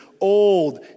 old